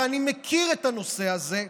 ואני מכיר את הנושא הזה,